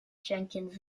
jenkins